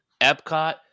Epcot